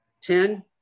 Ten